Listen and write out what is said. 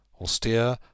austere